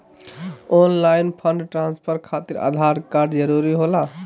Online fund transfer खातिर Aadhaar card जरूरी होला?